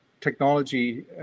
technology